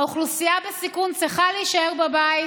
האוכלוסייה בסיכון צריכה להישאר בבית.